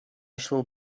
shall